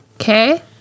okay